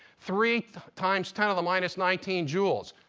three times ten to the minus nineteen joules.